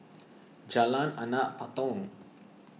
Jalan Anak Patong